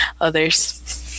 others